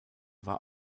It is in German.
war